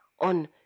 on